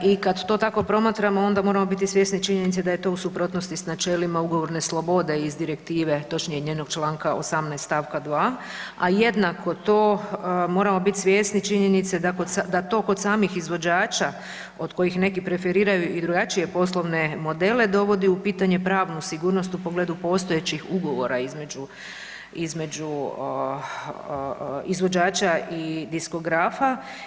I kad to tako promatramo onda moramo biti svjesni činjenice da je to u suprotnosti sa načelima ugovorne slobode iz direktive, točnije njenog članka 18. stavka 2. A jednako to moramo biti svjesni činjenice da to kod samih izvođača od kojih neki preferiraju i drugačije poslovne modele dovodi u pitanje pravnu sigurnost u pogledu postojećih ugovora između izvođača i diskografa.